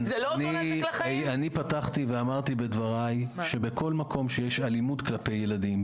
אני פתחתי ואמרתי בדבריי שבכל מקום שיש אלימות כלפי ילדים,